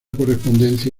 correspondencia